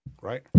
Right